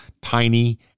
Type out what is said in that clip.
tiny